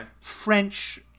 French